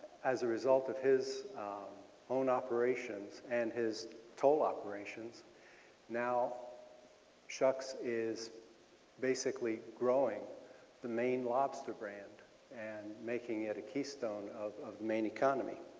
as a result of his own operation operations and his toll operations now schucks is basically growing the maine lobster brand and making it a keystone of of maine economy.